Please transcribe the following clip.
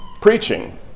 preaching